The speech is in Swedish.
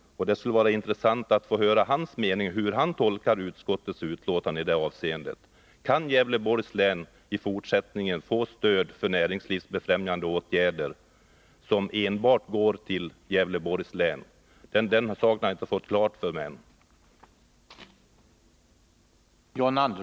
Det skulle vara intressant att få höra hur han tolkar utskottets skrivning i detta avseende. Kan Nr 55 Gävleborgs län i fortsättningen få stöd för näringslivsfrämjande åtgärder som enbart gäller Gävleborgs län? Den saken har jag inte fått klar för mig ännu.